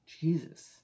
Jesus